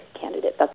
candidate